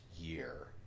year